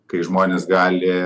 kai žmonės gali